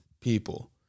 people